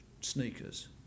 sneakers